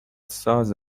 ساز